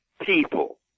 People